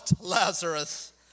Lazarus